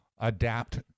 adapt